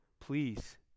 please